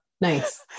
Nice